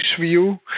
view